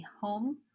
home